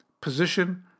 position